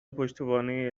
پشتوانه